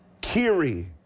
Kiri